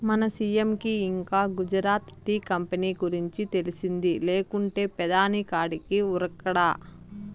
మన సీ.ఎం కి ఇంకా గుజరాత్ టీ కంపెనీ గురించి తెలిసింది లేకుంటే పెదాని కాడికి ఉరకడా